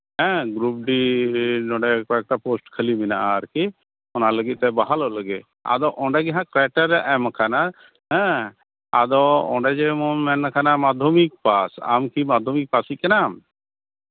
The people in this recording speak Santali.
ᱦᱮᱸ ᱜᱨᱩᱯ ᱰᱤ ᱱᱚᱸᱰᱮ ᱠᱚᱭᱮᱠᱴᱟ ᱯᱳᱥᱴ ᱠᱷᱟᱹᱞᱤ ᱢᱮᱱᱟᱜᱼᱟ ᱟᱨᱠᱤ ᱚᱱᱟ ᱞᱟᱹᱜᱤᱫ ᱛᱮ ᱵᱟᱦᱟᱞᱚᱜ ᱞᱟᱹᱜᱤᱫ ᱟᱫᱚ ᱚᱸᱰᱮ ᱜᱮᱦᱟᱸᱜ ᱠᱨᱟᱭᱴᱟᱨᱤᱭᱟ ᱮᱢ ᱠᱟᱱᱟ ᱦᱮᱸ ᱟᱫᱚ ᱚᱸᱰᱮ ᱡᱮᱢᱚᱱ ᱮᱢ ᱠᱟᱱᱟ ᱢᱟᱫᱽᱫᱷᱚᱢᱤᱠ ᱯᱟᱥ ᱟᱢ ᱠᱤ ᱢᱟᱫᱽᱫᱷᱚᱢᱤᱠ ᱯᱟᱥᱤᱡ ᱠᱟᱱᱟᱢ